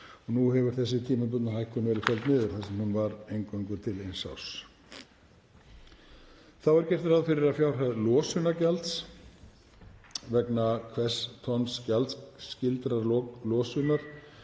Nú hefur þessi tímabundna hækkun verið felld niður, hún var einungis til eins árs. Þá er gert ráð fyrir að fjárhæð losunargjalds, vegna hvers tonns gjaldskyldrar losunar,